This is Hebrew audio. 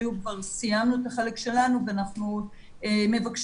אנחנו סיימנו את החלק שלנו ואנחנו מבקשים